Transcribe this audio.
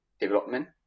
development